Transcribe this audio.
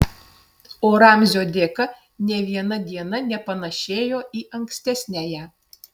o ramzio dėka nė viena diena nepanašėjo į ankstesniąją